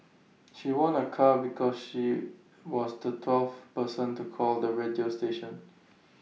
she won A car because she was the twelfth person to call the radio station